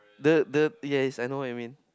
the the yes I know I mean